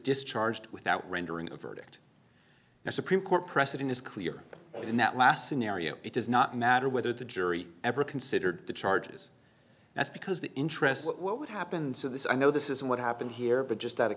discharged without rendering a verdict and supreme court precedent is clear in that last scenario it does not matter whether the jury ever considered the charges that's because the interest is what happened so this i know this isn't what happened here but just out of